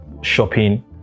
shopping